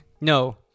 No